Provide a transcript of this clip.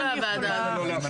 כל הוועדה הזאת.